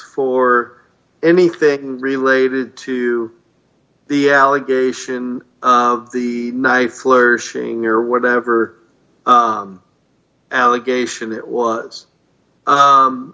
for anything related to the allegation the nie flourishing or whatever allegation that was